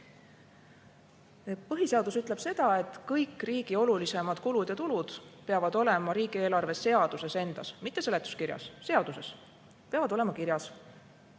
Põhiseadus ütleb, et kõik riigi olulisemad kulud ja tulud peavad olema riigieelarve seaduses endas, mitte seletuskirjas. Riigikogus peab olema võimalik